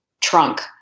trunk